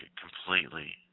completely